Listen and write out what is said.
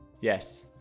Yes